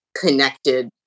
connected